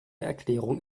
erklärung